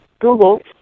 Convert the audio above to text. Google